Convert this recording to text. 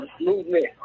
movement